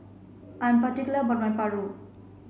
I'm particular about my Paru